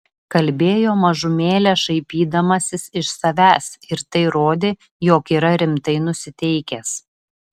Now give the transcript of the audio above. kalbėjo mažumėlę šaipydamasis iš savęs ir tai rodė jog yra rimtai nusiteikęs